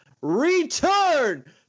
return